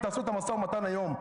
תעשו את המשא ומתן היום,